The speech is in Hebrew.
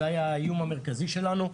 זה היה האיום המרכזי שלנו.